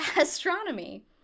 astronomy